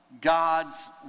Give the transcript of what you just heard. God's